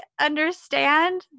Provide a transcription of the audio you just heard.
understand